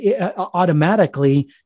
automatically